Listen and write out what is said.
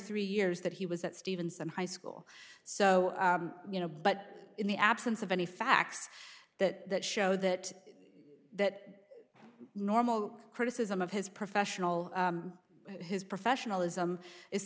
three years that he was at stevenson high school so you know but in the absence of any facts that show that that normal criticism of his professional his professionalism i